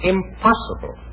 Impossible